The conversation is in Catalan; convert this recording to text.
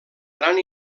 gran